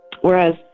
whereas